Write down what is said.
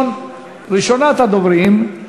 ראשונת הדוברים,